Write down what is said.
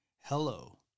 Hello